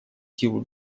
силу